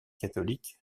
catholique